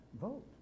Vote